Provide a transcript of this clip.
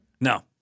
No